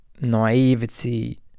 naivety